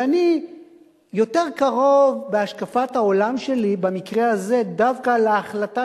ואני יותר קרוב בהשקפת העולם שלי במקרה הזה דווקא להחלטה